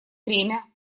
время